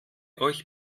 euch